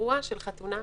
אירוע של חתונה,